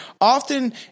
Often